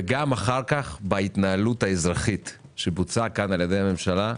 וגם אחר כך בהתנהלות האזרחית שבוצעה כאן על ידי הממשלה,